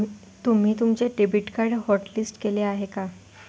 तुम्ही तुमचे debit card hotlist केले आहे का?